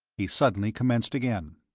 he suddenly commenced again